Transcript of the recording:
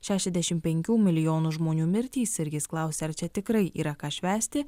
šešiasdešim penkių milijonų žmonių mirtys ir jis klausė ar čia tikrai yra ką švęsti